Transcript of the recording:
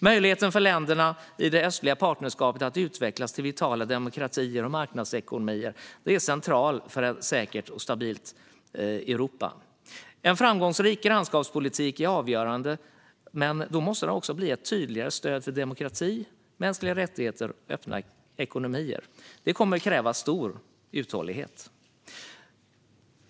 Möjligheten för länderna i det östliga partnerskapet att utvecklas till vitala demokratier och marknadsekonomier är central för ett säkert och stabilt Europa. En framgångsrik grannskapspolitik är avgörande, men då måste det också bli ett tydligare stöd för demokrati, mänskliga rättigheter och öppna ekonomier. Det kommer att kräva stor uthållighet.